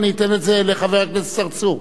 אני אתן את זה לחבר הכנסת צרצור.